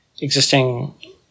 existing